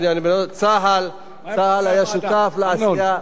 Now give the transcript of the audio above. צה"ל היה שותף, חברי הוועדה.